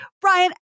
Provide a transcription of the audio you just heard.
brian